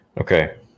Okay